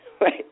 Right